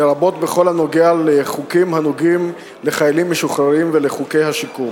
לרבות בכל הנוגע לחוקים הנוגעים לחיילים משוחררים ולחוקי השיקום.